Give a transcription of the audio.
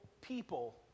people